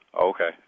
Okay